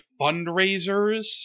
fundraisers